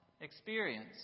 experience